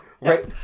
right